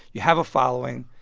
you have a following.